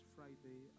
Friday